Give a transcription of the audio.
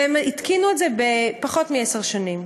והם התקינו את זה בפחות מעשר שנים.